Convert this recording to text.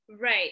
right